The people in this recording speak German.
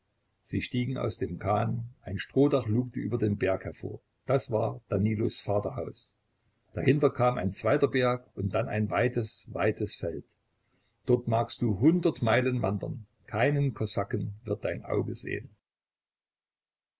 sie stiegen aus dem kahn ein strohdach lugte über den berg hervor das war danilos vaterhaus dahinter kam ein zweiter berg und dann ein weites weites feld dort magst du hundert meilen wandern keinen kosaken wird dein auge sehn